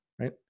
right